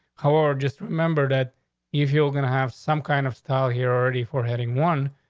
how are just remember that if you're gonna have some kind of style here already for heading one,